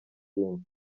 ibindi